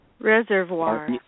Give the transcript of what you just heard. Reservoir